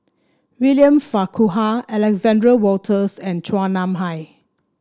William Farquhar Alexander Wolters and Chua Nam Hai